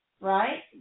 right